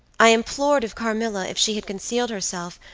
i implored of carmilla, if she had concealed herself,